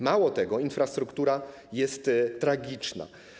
Mało tego, infrastruktura jest tragiczna.